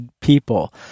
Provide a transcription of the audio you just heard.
people